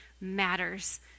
matters